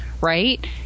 right